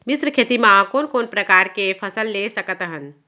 मिश्र खेती मा कोन कोन प्रकार के फसल ले सकत हन?